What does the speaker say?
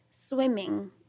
Swimming